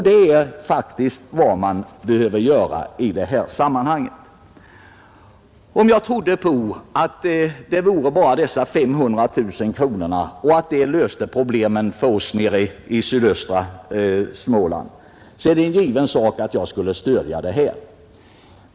Det är faktiskt vad den behöver göra i detta sammanhang. Om jag trodde på att dessa 500 000 kronor skulle lösa problemen för oss nere i sydöstra Småland, är det givet att jag skulle stödja det förslaget.